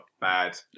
bad